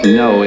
no